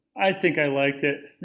i think i liked it.